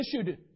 issued